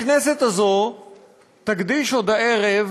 הכנסת הזו תקדיש עוד הערב